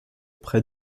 près